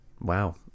Wow